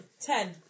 Ten